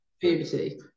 puberty